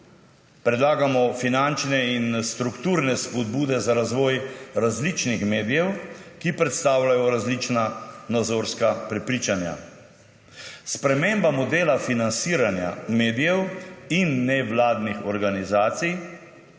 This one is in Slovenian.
Predlagamo finančne in strukturne spodbude za razvoj različnih medijev, ki predstavljajo različna nazorska prepričanja. Sprememba modela financiranja medijev in nevladnih organizacij